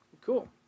Cool